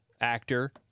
actor